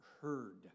heard